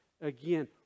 again